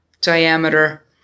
diameter